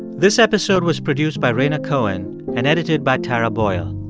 this episode was produced by rhaina cohen and edited by tara boyle.